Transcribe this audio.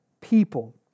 people